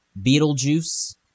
Beetlejuice